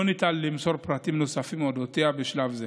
לא ניתן למסור פרטים נוספים על אודותיה בשלב זה.